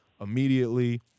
immediately